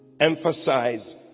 Emphasize